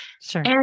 Sure